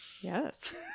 Yes